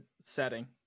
setting